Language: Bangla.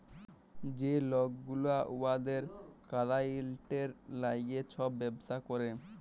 যে লক গুলা উয়াদের কালাইয়েল্টের ল্যাইগে ছব ব্যবসা ক্যরে